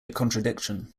contradiction